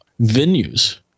venues